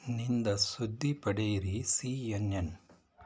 ನಿಂದ ಸುದ್ದಿ ಪಡೆಯಿರಿ ಸಿ ಎನ್ ಎನ್